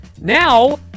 Now